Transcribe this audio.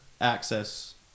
access